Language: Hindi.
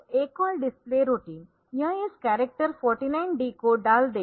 तो A Call A call display routine यह इस कॅरक्टर 49D को डाल देगा